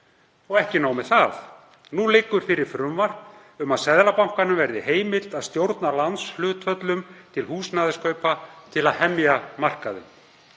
Og ekki nóg með það. Nú liggur fyrir frumvarp um að Seðlabankanum verði heimilt að stjórna lánshlutföllum til húsnæðiskaupa til að hemja markaðinn.